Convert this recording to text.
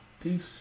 Peace